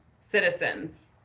citizens